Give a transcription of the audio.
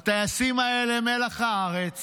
הטייסים האלה הם מלח הארץ